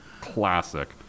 classic